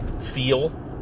feel